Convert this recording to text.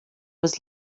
was